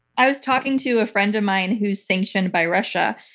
i was talking to a friend of mine who's sanctioned by russia,